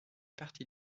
partie